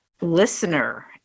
listener